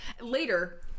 later